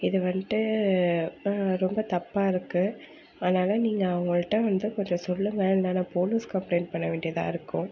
இது வந்துட்டு ரொம்ப தப்பாக இருக்குது அதனால் நீங்கள் அவங்கள்ட்ட வந்து கொஞ்சம் சொல்லுங்கள் இல்லை நான் போலீஸ் கம்ப்லைன்ட் பண்ண வேண்டியதாக இருக்கும்